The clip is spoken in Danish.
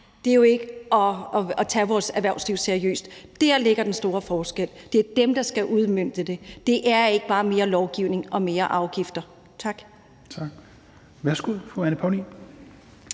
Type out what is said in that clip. Det er jo ikke at tage vores erhvervsliv seriøst. Dér ligger den store forskel. Det er dem, der skal udmønte det; det er ikke bare mere lovgivning og flere afgifter. Tak.